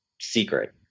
secret